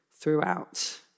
throughout